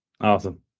Awesome